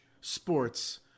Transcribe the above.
sports